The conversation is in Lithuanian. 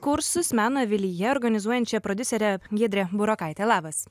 kursus meno avilyje organizuojančia prodiusere giedre burokaite labas